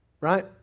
right